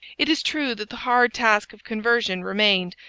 it is true that the hard task of conversion remained,